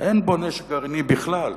אין בו נשק גרעיני בכלל,